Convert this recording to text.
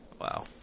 Wow